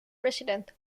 president